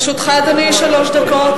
לרשותך, אדוני, שלוש דקות.